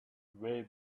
way